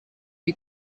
you